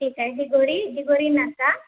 ठीक आहे डीगोरी डीगोरी नाका